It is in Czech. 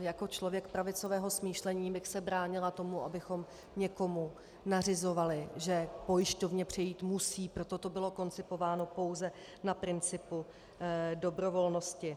Jako člověk pravicového smýšlení bych se bránila tomu, abychom někomu něco nařizovali, že k pojišťovně přejít musí, proto to bylo koncipováno pouze na principu dobrovolnosti.